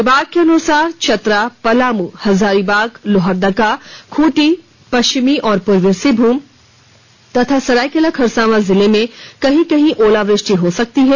विभाग के अनुसार चतरा पलामू हजारीबाग लोहरदगा खूंटी पश्चिमी और पूर्वी सिंहभूम तथा सरायकेला खरसांवा जिला में कहीं कहीं ओलावृष्टि हो सकती है